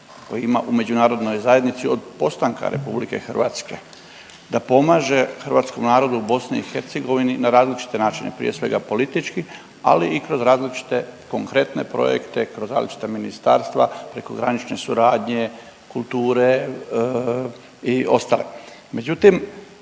koji ima u međunarodnoj zajednici od postanka RH da pomaže hrvatskom narodu u BiH na različite načine. Prije svega politički, ali i kroz različite konkretne projekte, kroz različita ministarstva, prekogranične suradnje, kulture i ostale.